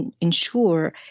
ensure